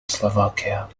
slovakia